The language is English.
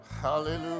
Hallelujah